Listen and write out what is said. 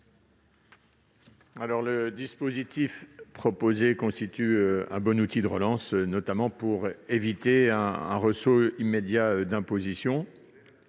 Le dispositif prévu à l'article 6 constitue un bon outil de relance, notamment pour éviter un ressaut immédiat d'imposition,